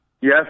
Yes